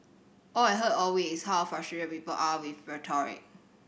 all I've heard all week is how people are with rhetoric